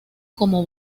como